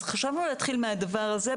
חשבנו להתחיל מהדבר הזה,